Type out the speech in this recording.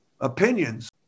opinions